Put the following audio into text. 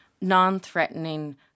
non-threatening